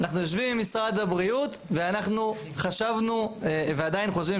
אנחנו יושבים עם משרד הבריאות ואנחנו חשבנו ועדיין חושבים,